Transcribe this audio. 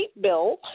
bill